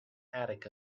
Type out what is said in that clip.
attic